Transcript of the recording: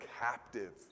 captive